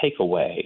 takeaway